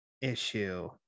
issue